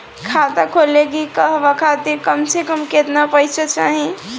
खाता खोले के कहवा खातिर कम से कम केतना पइसा चाहीं?